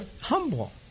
humble